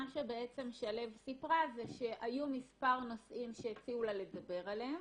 מה ששלו סיפרה זה שהיו מספר נושאים שהציעו לה לדבר עליהם